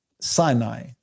Sinai